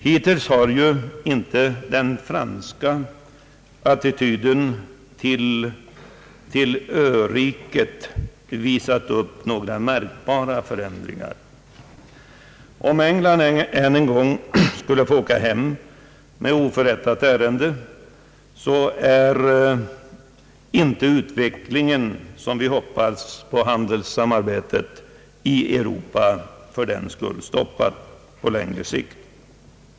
Hittills har ju inte den franska attityden till ö-riket visat upp några märkbara förändringar. Skulle engelsmännen än en gång få åka hem med oförrättat ärende, hoppas vi dock att utvecklingen av handelssamarbetet i Europa inte fördenskull är stoppad på längre sikt.